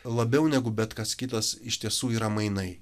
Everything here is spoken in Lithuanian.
labiau negu bet kas kitas iš tiesų yra mainai